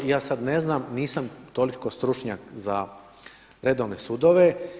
I ja sada ne znam, nisam toliko stručnjak za redovne sudove.